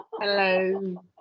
Hello